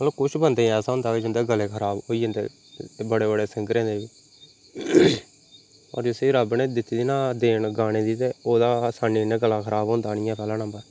मतलब कुछ बन्दे ऐसा होंदा कि जिंदा गला खराब होई जंदे बड़े बड़े सिंगरें दे बी पर जिसी रब ने दित्ती दी ना देन गाने दी ते ओह्दा असानी कन्नै गला खराब होंदा नी पैह्ले नम्बर